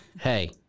hey